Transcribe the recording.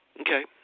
Okay